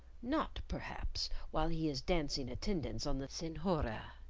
not perhaps while he is dancing attendance on the senhora.